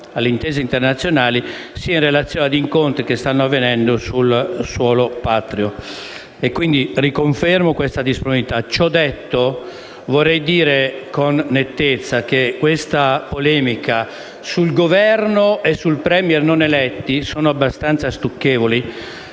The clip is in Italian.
alle intese internazionali sia in relazione agli incontri che stanno avvenendo sul suolo patrio. Riconfermo questa disponibilità. Ciò detto, vorrei dire con nettezza che questa polemica sul Governo e sul *Premier* non eletti è abbastanza stucchevole,